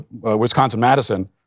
Wisconsin-Madison